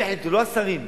הם יחליטו, לא השרים.